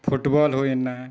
football ᱦᱩᱭᱱᱟ